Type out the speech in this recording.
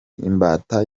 imbata